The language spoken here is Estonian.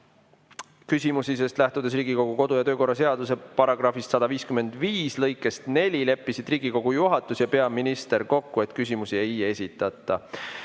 küsimusi, sest lähtudes Riigikogu kodu- ja töökorra seaduse § 155 lõikest 4 leppisid Riigikogu juhatus ja peaminister kokku, et küsimusi ei esitata.